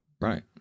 Right